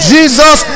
Jesus